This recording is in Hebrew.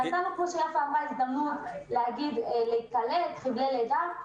נתנו, כמו שיפה אמרה, הזדמנות לחבלי לידה,